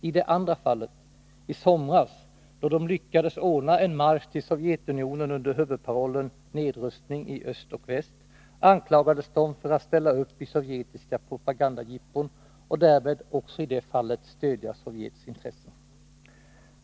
I det andra fallet, i somras, då de lyckades ordna en marsch till Sovjetunionen under huvudparollen Nedrustning i öst och väst, anklagades de för att ställa upp i sovjetiska propagandajippon och därmed också i det fallet stödja Sovjets intressen.